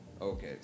Okay